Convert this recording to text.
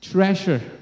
Treasure